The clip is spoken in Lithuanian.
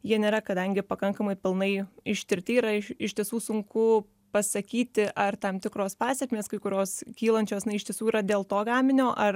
jie nėra kadangi pakankamai pilnai ištirti yra iš tiesų sunku pasakyti ar tam tikros pasekmės kai kurios kylančios na iš tiesų yra dėl to gaminio ar